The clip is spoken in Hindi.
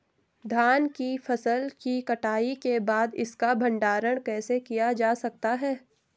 धान की फसल की कटाई के बाद इसका भंडारण कैसे किया जा सकता है?